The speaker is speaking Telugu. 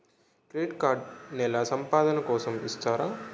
క్రెడిట్ కార్డ్ నెల సంపాదన కోసం ఇస్తారా?